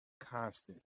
constant